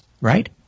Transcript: right